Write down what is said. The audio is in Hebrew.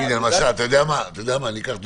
אני אקח דוגמה.